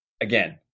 Again